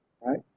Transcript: right